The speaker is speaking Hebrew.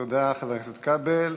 תודה, חבר הכנסת כבל.